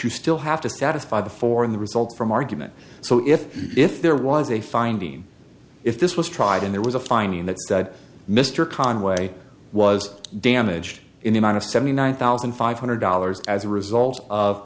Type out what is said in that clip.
you still have to satisfy the four in the result from argument so if if there was a finding if this was tried and there was a finding that mr conway was damaged in the amount of seventy one thousand five hundred dollars as a result of